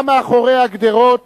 גם מאחורי הגדרות